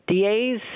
DAs